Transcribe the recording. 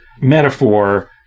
metaphor